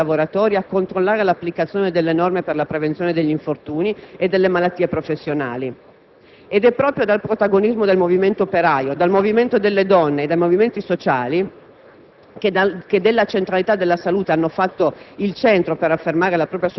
Lo Statuto dei lavoratori, all'articolo 9, sancisce il diritto dei lavoratori a controllare l'applicazione delle norme per la prevenzione degli infortuni e delle malattie professionali. Proprio dal protagonismo del movimento operaio, del movimento delle donne e dei movimenti sociali,